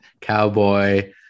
cowboy